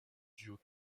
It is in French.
duo